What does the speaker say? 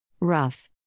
Rough